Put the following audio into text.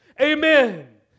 Amen